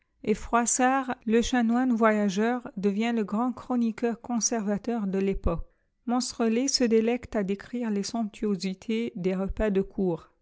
et froissart le chanoine voyageur devient le grand chroniqueur conservateur de l'époque monstrelet se délecte à décrire les somptuosités des repas de cour